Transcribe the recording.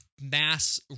mass